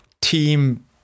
team